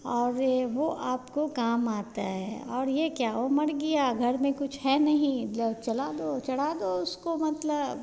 और यह वह आपको काम आता है और यह क्या वह मर गया घर में कुछ है नहीं लेओ चला दो चढ़ा दो उसको मतलब